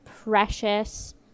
precious